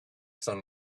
sun